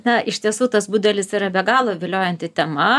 na iš tiesų tas budelis yra be galo viliojanti tema